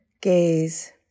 gaze